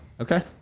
okay